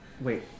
Wait